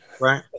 Right